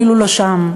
אפילו לא שם.